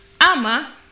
Ama